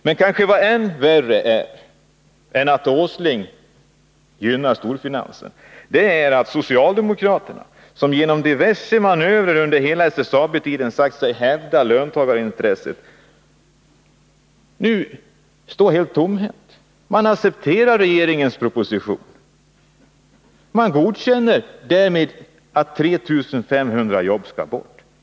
Men värre än att industriminister Åsling gynnar storfinansen är att socialdemokraterna, som genom diverse manövrer under hela SSAB-tiden sagt sig hävda löntagarintresset, nu står helt tomhänta. De accepterar regeringens proposition och godkänner därmed att 3 500 jobb skall bort.